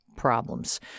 problems